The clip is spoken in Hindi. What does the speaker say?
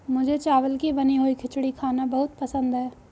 मुझे चावल की बनी हुई खिचड़ी खाना बहुत पसंद है